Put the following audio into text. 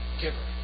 giver